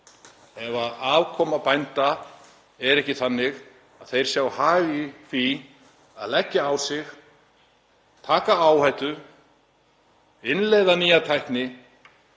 ef afkoma bænda er ekki þannig að þeir sjái hag í því að leggja á sig, taka áhættu og innleiða nýja tækni.